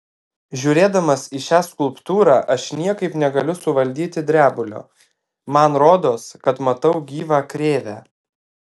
žiūrėdamas į šią skulptūrą aš niekaip negaliu suvaldyti drebulio man rodos kad matau gyvą krėvę